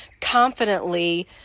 confidently